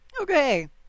Okay